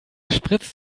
spritzt